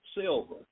silver